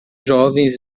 jovens